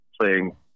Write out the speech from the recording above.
playing